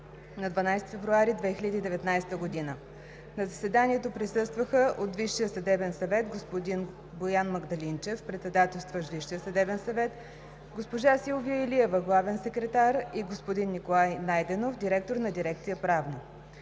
на 12 февруари 2019 г. На заседанието присъстваха от Висшия съдебен съвет: господин Боян Магдалинчев – председателстващ ВСС, госпожа Силвия Илиева – главен секретар, и господин Николай Найденов – директор на дирекция „Правна“.